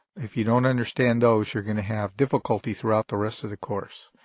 if you don't understand those, you're going to have difficulty throughout the rest of the course.